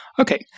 Okay